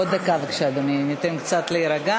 עוד דקה, בבקשה, אדוני, ניתן קצת להירגע.